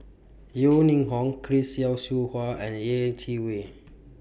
Yeo Ning Hong Chris Yeo Siew Hua and Yeh Chi Wei